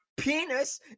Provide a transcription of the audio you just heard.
penis